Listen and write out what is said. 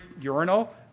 urinal